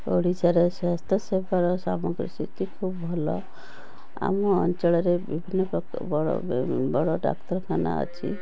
ଓଡ଼ିଶାର ସ୍ୱାସ୍ଥ୍ୟସେବାର ସାମଗ୍ରୀ ସ୍ଥିତି ଖୁବ୍ ଭଲ ଆମ ଅଞ୍ଚଳରେ ବିଭିନ୍ନ ପ୍ରକାର ବଡ଼ ବଡ଼ ଡାକ୍ତରଖାନା ଅଛି